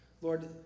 Lord